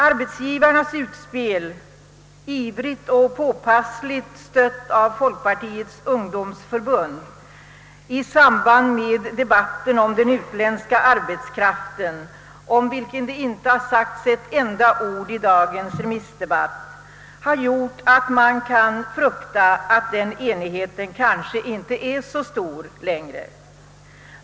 Arbetsgivarnas utspel, ivrigt och påpassligt stött av Folkpartiets ungdomsförbund i samband med debatten om den utländska arbetskraften, som inte har berörts med ett enda ord i dagens remissdebatt, har gjort att man kan frukta att den enigheten kanske inte är så stor längre.